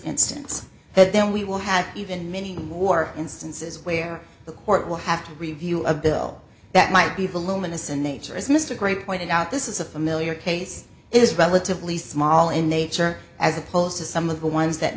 instance that then we will have even many more instances where the court will have to review a bill that might be voluminous in nature as mr gray pointed out this is a familiar case it is relatively small in nature as opposed to some of the ones that